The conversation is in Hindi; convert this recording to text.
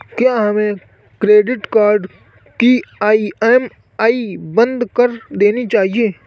क्या हमें क्रेडिट कार्ड की ई.एम.आई बंद कर देनी चाहिए?